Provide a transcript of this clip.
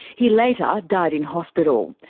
he later died in hospital.